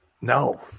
No